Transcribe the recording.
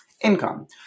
income